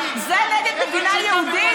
זה נגד מדינה יהודית?